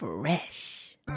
fresh